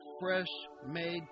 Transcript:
fresh-made